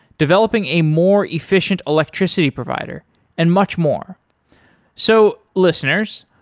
developing a more efficient electricity provider and much more so listeners,